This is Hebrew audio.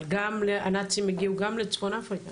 אבל הנאצים הגיעו גם לצפון אפריקה.